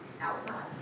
outside